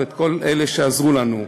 ואת כל אלה שעזרו לנו.